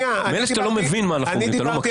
מילא שאתה לא מבין מה אנחנו אומרים, אתה לא מקשיב?